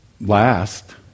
last